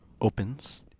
opens